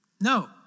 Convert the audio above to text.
No